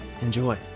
Enjoy